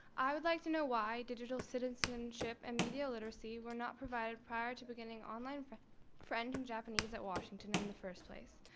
i would like to know why digital citizenship and media literacy were not provided prior to beginning online french french and japanese at washington in the first place.